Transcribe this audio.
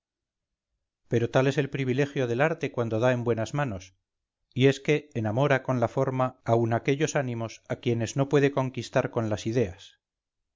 pero tal es el privilegio del arte cuando da en buenas manos y es que enamora con la forma aun a aquellos ánimos a quienes no puede conquistar con las ideas